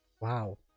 wow